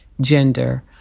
gender